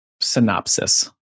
synopsis